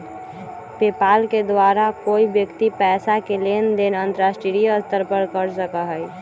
PayPal के द्वारा कोई व्यक्ति पैसा के लेन देन अंतर्राष्ट्रीय स्तर पर कर सका हई